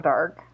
Dark